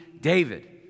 David